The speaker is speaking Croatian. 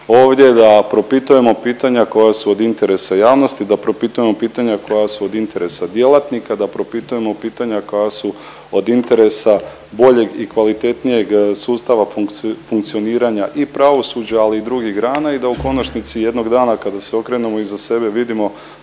ovdje da propitujemo pitanja koja su od interesa javnosti, da propitujemo pitanja koja su od interesa djelatnika, da propitujemo pitanja koja su od interesa boljeg i kvalitetnijeg sustava funkcioniranja i pravosuđa ali i drugih grana i da u konačnici jednog dana kada se okrenemo iza sebe vidimo